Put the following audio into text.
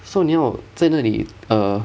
so 你要在那里 err